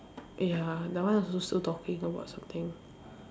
ya that one was also talking about something